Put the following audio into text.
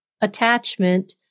attachment